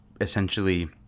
essentially